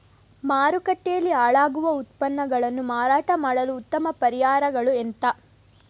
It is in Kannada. ಮಾರುಕಟ್ಟೆಯಲ್ಲಿ ಹಾಳಾಗುವ ಉತ್ಪನ್ನಗಳನ್ನು ಮಾರಾಟ ಮಾಡಲು ಉತ್ತಮ ಪರಿಹಾರಗಳು ಎಂತ?